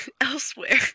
elsewhere